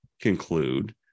conclude